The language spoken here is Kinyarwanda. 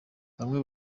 bamwe